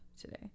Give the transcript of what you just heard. today